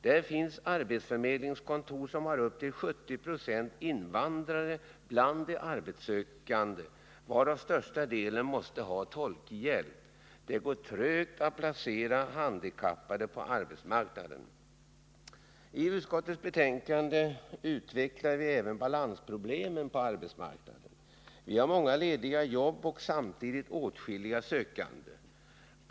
Det finns arbetsförmedlingskontor som har upp till 70 96 invandrare bland de arbetssökande, varav största delen måste ha tolkhjälp. Det går trögt att placera handikappade på arbetsmarknaden. I utskottets betänkande utvecklar vi även balansproblemen på arbetsmarknaden. Vi har många lediga jobb och samtidigt åtskilliga arbetssökande.